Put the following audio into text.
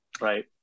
Right